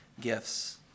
gifts